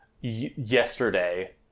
yesterday